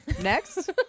Next